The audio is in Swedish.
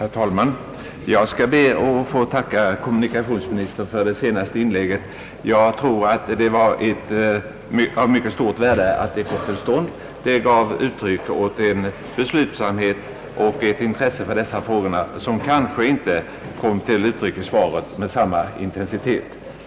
Herr talman! Jag skall be att få tacka kommunikationsministern för det senaste inlägget. Jag tror det är av mycket stort värde att det gjordes. Det angav en beslutsamhet och ett intresse för dessa frågor som kanske inte med samma intensitet kom till uttryck i svaret.